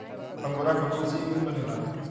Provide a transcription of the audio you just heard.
angora खरगोश से इ ऊन बनेला